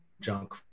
junk